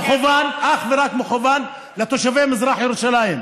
החוק הזה מכוון אך ורק לתושבי מזרח ירושלים.